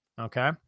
Okay